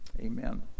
Amen